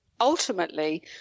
ultimately